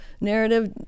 narrative